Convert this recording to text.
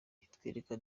itwereka